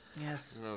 yes